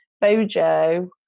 Bojo